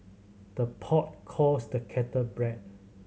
the pot calls the kettle black